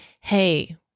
hey